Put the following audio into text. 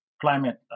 climate